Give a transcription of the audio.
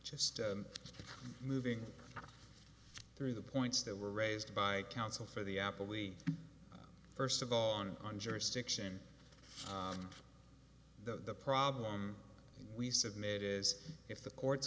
just moving through the points that were raised by counsel for the apple we first of all on on jurisdiction the problem we submit is if the court